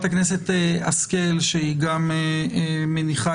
בהצעת החוק, שהמתנתי לה לא מעט זמן.